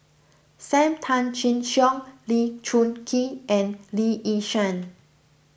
Sam Tan Chin Siong Lee Choon Kee and Lee Yi Shyan